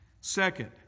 Second